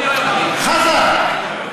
חזן.